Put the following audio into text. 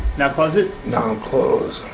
now close it. now close.